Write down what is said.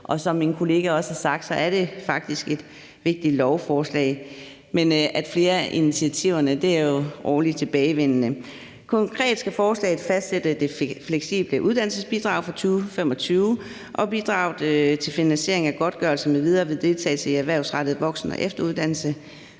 og som mine kolleger også har sagt, er det faktisk et vigtigt lovforslag, men flere af initiativerne er jo årligt tilbagevendende. Konkret skal forslaget fastsætte det fleksible uddannelsesbidrag for 2025 og bidrage til finansiering af godtgørelse m.v. ved deltagelse i den erhvervsrettede voksen- og efteruddannelse.